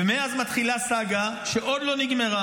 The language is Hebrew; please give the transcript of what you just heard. ומאז מתחילה סגה שעוד לא נגמרה.